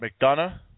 McDonough